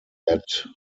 that